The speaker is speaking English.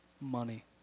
Money